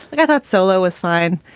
like i thought solo was fine.